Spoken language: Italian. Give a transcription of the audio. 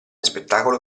spettacolo